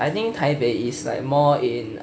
I don't think taipei is like best in class lah